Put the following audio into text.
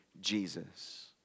Jesus